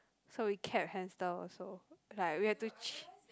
so we kept hamster also like we had to chi~